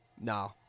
Nah